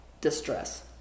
distress